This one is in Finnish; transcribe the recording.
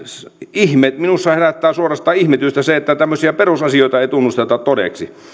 ihme ja minussa herättää suorastaan ihmetystä se että tämmöisiä perusasioita ei tunnusteta todeksi